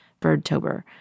birdtober